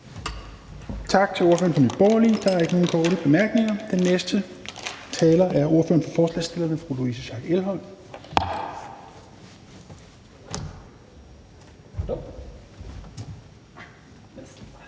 Tak til ordføreren for Nye Borgerlige. Der er ikke nogen korte bemærkninger. Den næste taler er ordføreren for forslagsstillerne, fru Louise Schack Elholm.